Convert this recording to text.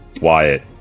Wyatt